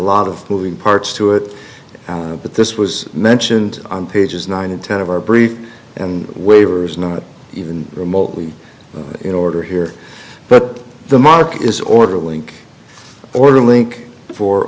lot of moving parts to it but this was mentioned on pages nine and ten of our brief and waivers not even remotely in order here but the mark is order a link or a link for